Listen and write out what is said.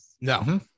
No